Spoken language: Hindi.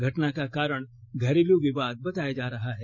घटना का कारण घरेलू विवाद बताया जा रहा है